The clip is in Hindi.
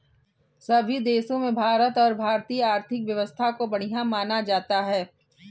सभी देशों में भारत और भारतीय आर्थिक व्यवस्था को बढ़िया माना जाता है